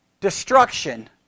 Destruction